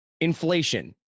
inflation